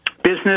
business